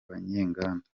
banyenganda